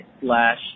slash